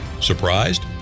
Surprised